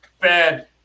bad